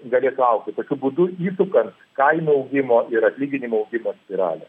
ir galėtų augti tokiu būdu įsukant kainų augimo ir atlyginimų augimo spiralę